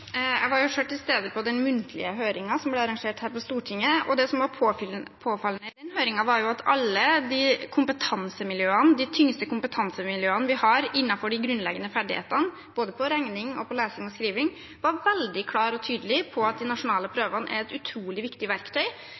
Jeg var selv til stede på den muntlige høringen som ble arrangert her på Stortinget. Det som var påfallende i den høringen, var at alle de tyngste kompetansemiljøene vi har når det gjelder de grunnleggende ferdighetene, både regning, lesing og skriving, var veldig klare og tydelige på at de nasjonale prøvene er et utrolig viktig verktøy